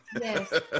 Yes